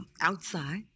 outside